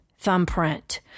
Thumbprint